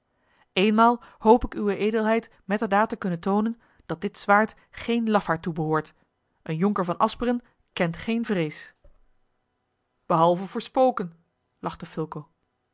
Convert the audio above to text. eenmaal hoop ik uwe edelheid metterdaad te kunnen toonen dat dit zwaard geen lafaard toebehoort een jonker van asperen kent geen vrees behalve voor spoken lachte